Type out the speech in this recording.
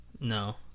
no